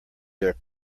their